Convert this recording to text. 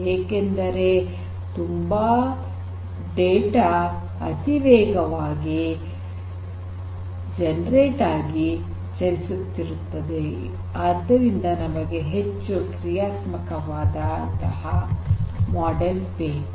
ಏಕೆಂದರೆ ತುಂಬಾ ಡೇಟಾ ಅತಿ ವೇಗವಾಗಿ ಉತ್ಪಾದನೆ ಆಗಿ ಚಲಿಸುತ್ತಿರುತ್ತದೆ ಆದ್ದರಿಂದ ನಮಗೆ ಹೆಚ್ಚು ಕ್ರಿಯಾತ್ಮಕವಾದಂತಹ ಮಾಡೆಲ್ ಬೇಕು